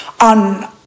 on